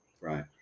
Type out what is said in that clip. Right